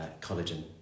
collagen